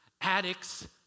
addicts